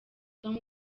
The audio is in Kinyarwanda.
tom